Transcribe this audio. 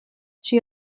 she